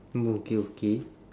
okay okay